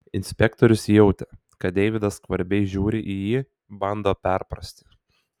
inspektorius jautė kad deividas skvarbiai žiūri į jį bando perprasti